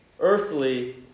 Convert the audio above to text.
earthly